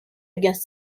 against